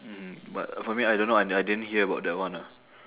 mmhmm but for me I don't know I I didn't hear about that one ah